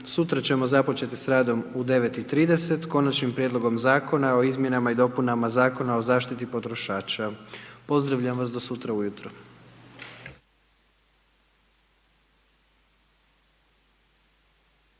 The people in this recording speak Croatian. Sutra ćemo započeti s radom u 9 i 30 Konačnim prijedlogom Zakona o izmjenama i dopunama Zakona o zaštiti potrošača. Pozdravljam vas do sutra ujutro.